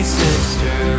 sister